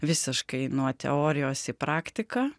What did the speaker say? visiškai nuo teorijos į praktiką